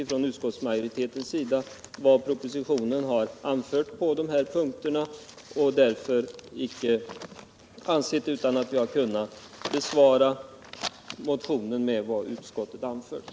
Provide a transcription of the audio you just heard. Vi har i utskottsmajoriteten understrukit vad som anförts i propositionen på dessa punkter och icke ansett oss kunna besvara motionen på annat sätt än vad vi gjort.